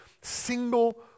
single